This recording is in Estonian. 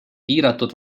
piiratud